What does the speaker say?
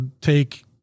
take